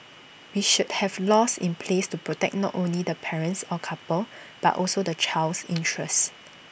we should have laws in place to protect not only the parents or couple but also the child's interest